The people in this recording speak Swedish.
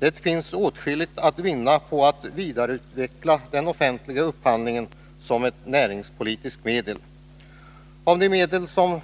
Det finns åtskilligt att vinna på att vidareutveckla den offentliga upphandlingen som ett näringspolitiskt medel. Om de medel som